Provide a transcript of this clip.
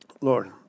Lord